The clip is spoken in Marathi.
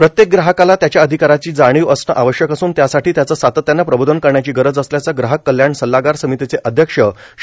प्रत्येक ग्राहकाला त्याच्या अधिकाराची जाणीव असणं आवश्यक असून त्यासाठी त्याचं सातत्यानं प्रबोधन करण्याची गरज असल्याचं ग्राहक कल्याण सल्लागार समितीचे अध्यक्ष श्री